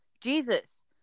jesus